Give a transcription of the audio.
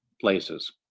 places